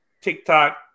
TikTok